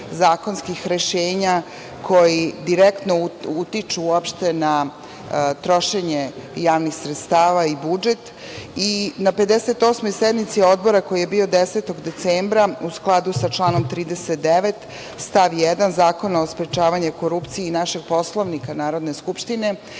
zakonskih rešenja koja direktno utiču uopšte na trošenje javnih sredstava i budžet. Na 58. sednici Odbora, koja je održana 10. decembra, u skladu sa članom 39. stav 1. Zakona o sprečavanju korupcije i našeg Poslovnika Narodne skupštine,